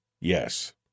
Yes